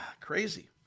crazy